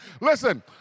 Listen